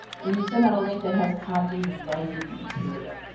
when you send out a link that has copyrighted material.